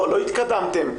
לא התקדמתם,